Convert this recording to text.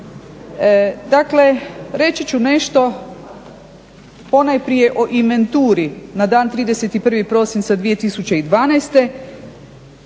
Dakle, reći ću nešto ponajprije o inventuri na dan 31. prosinca 2012.